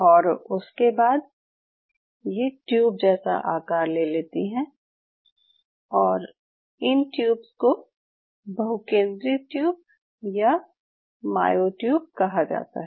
और उसके बाद ये ट्यूब जैसा आकार ले लेती हैं और इन ट्यूब्स को बहुकेंद्रित ट्यूब्स या मायोट्यूब कहा जाता है